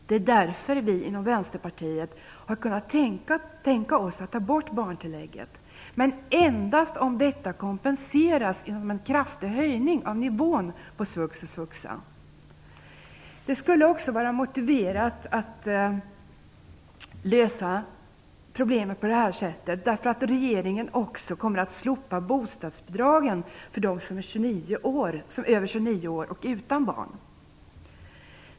Det är därför vi inom Vänsterpartiet har kunnat tänka oss att ta bort barntillägget, men endast om detta kompenseras genom en kraftig höjning av nivån på svux och svuxa. Det skulle också vara motiverat att lösa problemet på det här sättet därför att regeringen också kommer att slopa bostadsbidragen för dem som är över 29 år och utan barn.